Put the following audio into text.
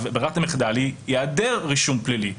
ברירת המחדל היא היעדר רישום פלילי.